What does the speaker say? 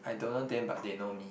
I don't know them but they know me